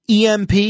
EMP